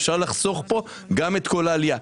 אפשר לחסוך פה גם את כל העלייה.